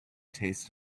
taste